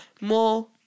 more